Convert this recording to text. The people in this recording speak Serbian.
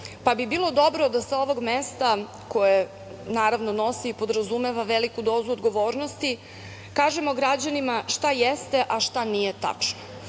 pa bi bilo dobro da sa ovog mesta koje naravno nosi i podrazumeva veliku dozu odgovornosti kažemo građanima šta jeste, a šta nije tačno.